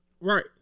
Right